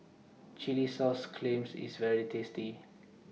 Chilli Sauce Clams IS very tasty